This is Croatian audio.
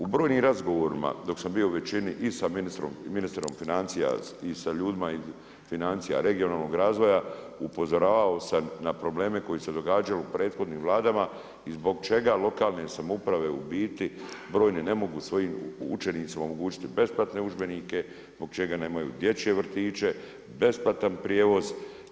U brojnim razgovorima dok sam bio u većini i sa ministrom financija i sa ljudima iz financija, regionalnog razvoja upozoravao sam na probleme koji su se događali u prethodnim Vladama i zbog čega lokalne samouprave u biti brojne ne mogu svojim učenicima omogućiti besplatne udžbenike, zbog čega nemaju dječje vrtiće, besplatan prijevoz.